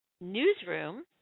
newsroom